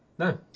No